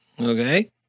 Okay